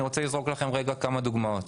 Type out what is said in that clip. אני רוצה לזרוק לכם רגע כמה דוגמאות.